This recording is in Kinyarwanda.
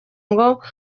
ngo